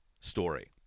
story